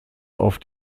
auf